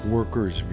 Workers